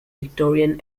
victorian